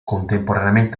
contemporaneamente